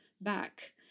back